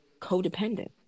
codependent